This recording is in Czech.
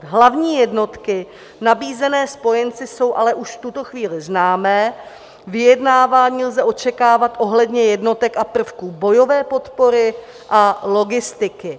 Hlavní jednotky nabízené spojenci jsou ale už v tuto chvíli známé, vyjednávání lze očekávat ohledně jednotek a prvků bojové podpory a logistiky.